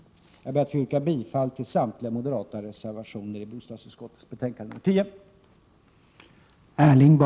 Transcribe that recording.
Jag ber att få yrka bifall till samtliga moderata reservationer i bostadsutskottets betänkande 10.